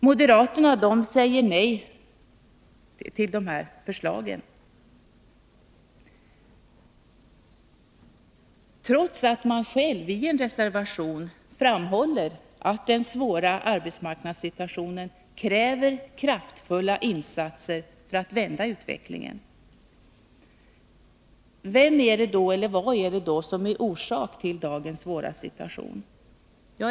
Moderaterna säger nej till dessa förslag, trots att de själva i en reservation framhåller att den svåra arbetsmarknadssituationen kräver kraftfulla insatser för att vända utvecklingen. Vad är då orsaken till dagens svåra situation?